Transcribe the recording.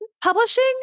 publishing